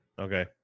Okay